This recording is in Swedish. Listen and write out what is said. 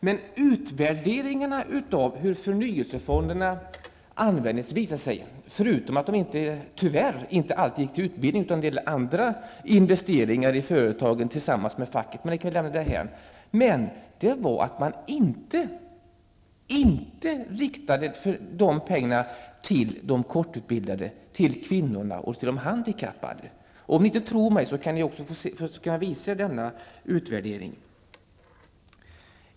Vid utvärderingen av hur förnyelsefonderna använts visade det sig att medlen tyvärr inte alltid gick till utbildning utan med fackets medverkan till andra investeringar i företagen, men det kan vi lämna därhän. Det visade sig att pengarna inte riktades till de kortutbildade, kvinnorna och de handikappade. Om ni inte tror mig skall jag visa er denna utvärdering.